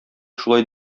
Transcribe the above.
шулай